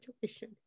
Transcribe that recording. situation